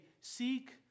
seek